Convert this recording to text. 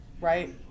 right